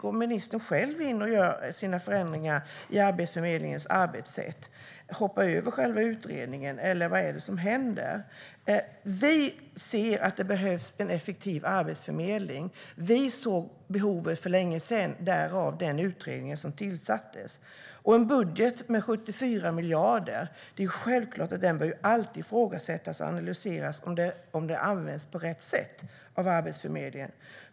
Går ministern själv in och gör sina förändringar i Arbetsförmedlingens arbetssätt och hoppar över själva utredningen, eller vad är det som händer? Vi ser att det behövs en effektiv arbetsförmedling. Vi såg behovet för länge sedan - det är anledningen till den utredning som tillsattes. Det är självklart att det alltid bör ifrågasättas och analyseras om en budget på 74 miljarder används på rätt sätt av Arbetsförmedlingen.